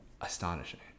astonishing